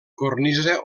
cornisa